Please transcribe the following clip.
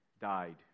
died